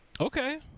okay